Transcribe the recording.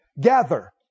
gather